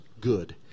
good